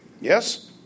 Yes